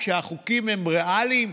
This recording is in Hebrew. כשהחוקים הם ריאליים,